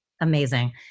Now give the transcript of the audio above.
Amazing